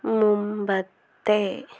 മുമ്പത്തെ